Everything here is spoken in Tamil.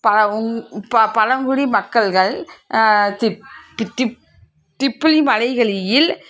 பா உங் ப பழங்குடி மக்கள்கள் திப் திப் திப் திப்பிலி மலைகளில்